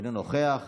אינו נוכח,